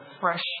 fresh